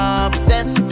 obsessed